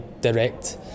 direct